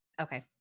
Okay